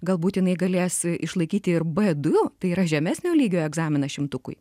galbūt jinai galės išlaikyti ir b du tai yra žemesnio lygio egzaminą šimtukui